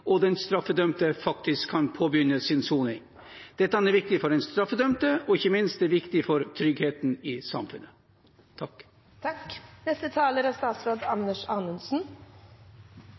og den straffedømte kan faktisk påbegynne sin soning. Dette er viktig for den straffedømte, og ikke minst er det viktig for tryggheten i samfunnet.